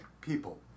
people